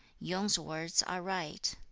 yung's words are right